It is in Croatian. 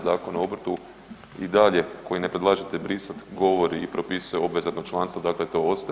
Zakona o obrtu i dalje koji ne predlažete brisat govori i propisuje obvezatno članstvo, dakle to ostaje.